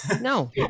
No